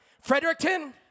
Fredericton